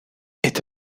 este